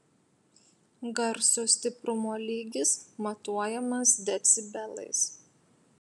garso stiprumo lygis matuojamas decibelais